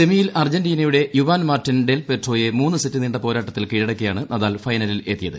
സെമിയിൽ അർജന്റീനയുടെ Juan Martin ഡെൽപോട്രോയെ മൂന്ന് സെറ്റ് നീണ്ട പോരാട്ടത്തിൽ കീഴടക്കിയാണ് നദാൽ ഫൈനലിൽ എത്തിയത്